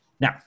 Now